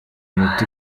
imiti